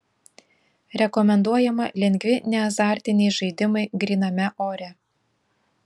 rekomenduojama lengvi neazartiniai žaidimai gryname ore